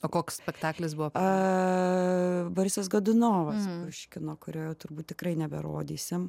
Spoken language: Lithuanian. o koks spektaklis buvo a borisas godunovas puškino kurio jau turbūt tikrai neberodysim